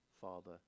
Father